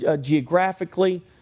geographically